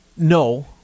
No